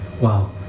wow